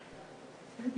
יש